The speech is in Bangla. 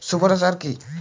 সুফলা সার কি?